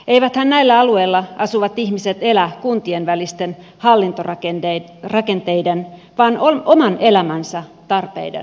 eiväthän näillä alueilla asuvat ihmiset elä kuntien välisten hallintorakenteiden vaan oman elämänsä tarpeiden mukaan